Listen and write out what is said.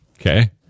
Okay